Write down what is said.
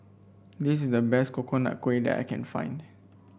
this is the best Coconut Kuih that I can find